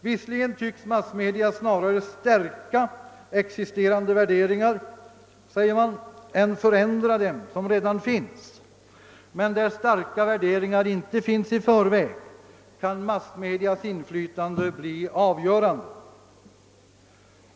Visserligen tycks massmedia snarare stärka existerande värderingar, säger man, än förändra dem som redan finns. Men där starka värderingar inte finns i förväg kan massmedias inflytande vara avgörande.